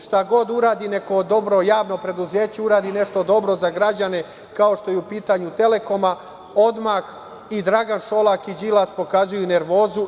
Šta god uradi, neko dobro javno preduzeće uradi nešto dobro za građane, kao što je u pitanju „Telekom“, odmah i Dragan Šolak i Đilas pokazuju nervozu.